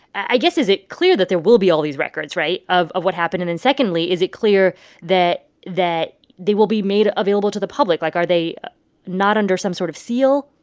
i guess is it clear that there will be all these records right? of of what happened? and then secondly, is it clear that that they will be made available to the public? like, are they not under some sort of seal?